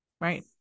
right